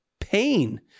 pain